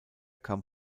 kam